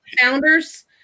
founders